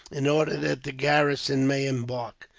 in order that the garrison may embark.